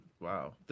Wow